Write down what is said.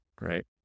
right